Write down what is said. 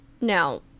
now